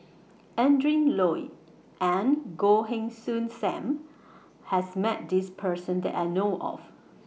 Adrin Loi and Goh Heng Soon SAM has Met This Person that I know of